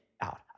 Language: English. out